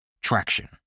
Traction